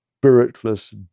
spiritless